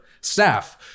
staff